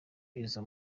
izo